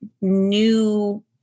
new